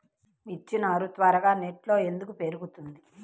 మిర్చి నారు త్వరగా నెట్లో ఎందుకు పెరుగుతుంది?